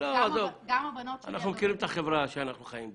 אנחנו מכירים את החברה שאנחנו חיים בה.